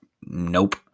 Nope